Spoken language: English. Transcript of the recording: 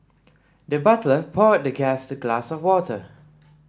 the butler poured the guest a glass of water